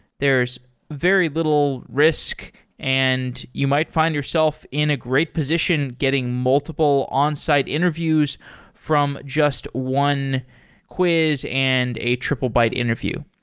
there's very little risk and you might find yourself in a great position getting multiple onsite interviews from just one quiz and a triplebyte interview.